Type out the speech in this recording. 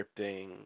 scripting